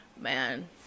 man